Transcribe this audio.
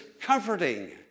comforting